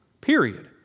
period